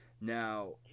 Now